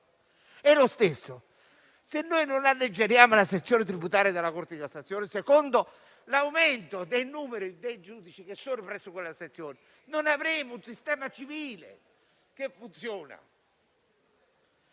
Analogamente, se noi non alleggeriamo la sezione tributaria della Corte di cassazione, secondo l'aumento del numero dei giudici che sono presso quella sezione, non avremo un sistema civile che funziona.